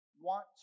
want